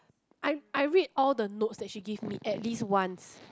I I read all the notes that she give me at least once